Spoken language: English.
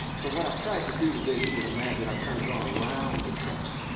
so what i've tried to do today, as you can imagine, i've kind of gone around the text.